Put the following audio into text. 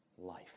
life